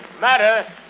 Matter